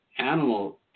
animal